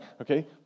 Okay